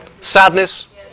sadness